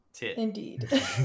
indeed